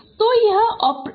तो यह अप्रोक्सीमेसन है